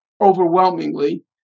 overwhelmingly